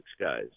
guys